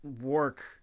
work